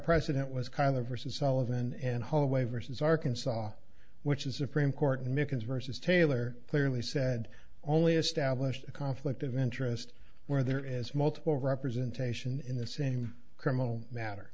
president was kind of versus all of an end hallway versus arkansas which is supreme court mickens versus taylor clearly said only established a conflict of interest where there is multiple representation in the same criminal matter